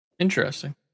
Interesting